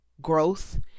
growth